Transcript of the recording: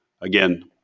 again